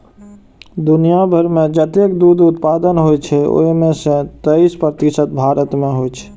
दुनिया भरि मे जतेक दुग्ध उत्पादन होइ छै, ओइ मे सं तेइस प्रतिशत भारत मे होइ छै